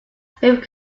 fifth